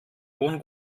bonn